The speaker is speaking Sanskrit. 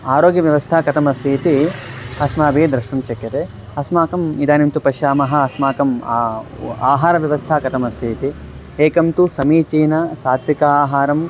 आरोग्यव्यवस्था कथमस्ति इति अस्माभिः द्रष्टुं शक्यते अस्माकम् इदानीं तु पश्यामः अस्माकम् आहारव्यवस्था कथमस्ति इति एकं तु समीचीनं सात्विकाहारम्